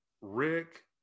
Rick